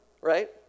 right